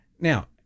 now